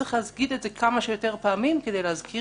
צריך להגיד את זה כמה שיותר פעמים כדי להזכיר